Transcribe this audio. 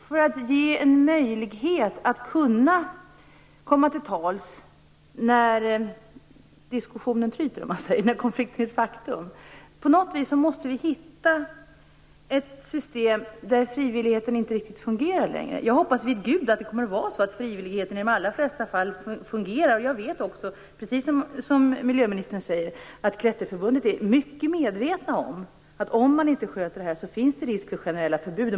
För att ge en möjlighet att komma till tals när en konflikt är ett faktum och frivilligheten inte riktigt fungerar gäller det att hitta ett system. Jag hoppas vid Gud att frivilligheten i de allra flesta fall fungerar. Jag vet att man på Klätterförbundet, precis som miljöministern säger, är mycket medveten om att om detta inte sköts, finns risken för generella förbud.